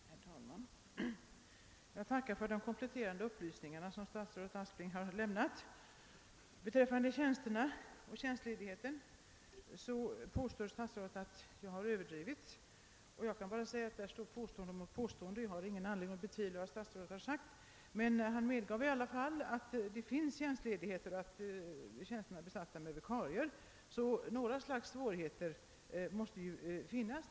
Herr talman! Jag tackar för de kompletterande upplysningar som statsrådet Aspling har lämnat. Beträffande tjänsterna och tjänstledigheter påstår statsrådet att jag har överdrivit. Jag kan bara säga att därvidlag står påstående mot påstående. Det finns dock inte någon anledning att betvivla vad statsrådet har sagt. Statsrådet medgav i alla fall att tjänstledighet har beviljats och att en del tjänster besatts med vikarier, varför något slags svårigheter ändå måste finnas.